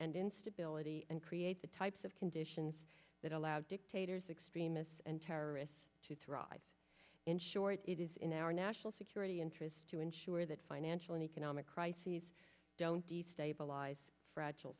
and instability and create the types of conditions that allowed dictators extremists and terrorists to thrive in short it is in our national security interest to ensure that angeline economic crises don't destabilized fragile